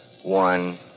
one